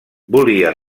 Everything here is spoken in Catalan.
volia